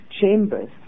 chambers